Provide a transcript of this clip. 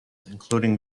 including